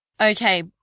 Okay